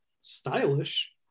stylish